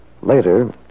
Later